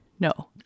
No